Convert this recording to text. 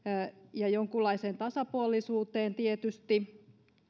ja jonkunlaiseen tasapuolisuuteen tietysti